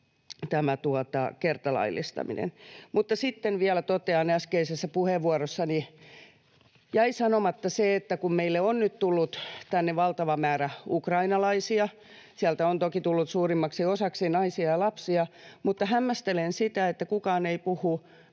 tämä kertalaillistaminen. Mutta sitten vielä totean, äskeisessä puheenvuorossani jäi se sanomatta, että kun meille on nyt tullut tänne valtava määrä ukrainalaisia — sieltä on toki tullut suurimmaksi osaksi naisia ja lapsia — niin hämmästelen sitä, että kukaan ei puhu,